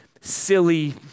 silly